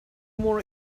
more